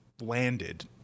landed